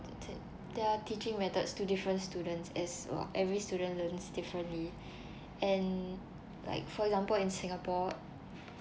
their teaching methods to different students as well every student learns differently and like for example in singapore